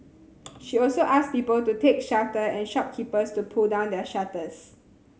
she also asked people to take shelter and shopkeepers to pull down their shutters